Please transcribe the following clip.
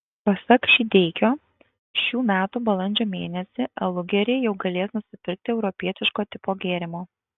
pasak šydeikio šių metų balandžio mėnesį alugeriai jau galės nusipirkti europietiško tipo gėrimo